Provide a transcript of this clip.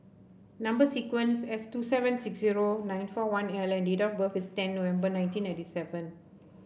number sequence S two seven six zero nine four one L and date of birth is ten November nineteen ninety seven